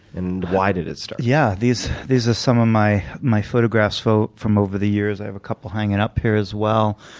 and why did it start? yeah. these these are some of my my photographs from over the years. i have a couple hanging up here as well.